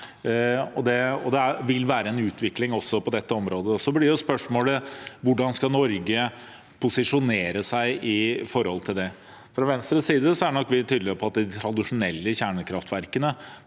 det vil også være en utvikling på dette området. Så blir spørsmålet: Hvordan skal Norge posisjonere seg i forhold til det? Fra Venstres side er vi tydelig på at de tradisjonelle kjernekraftverkene